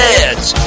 edge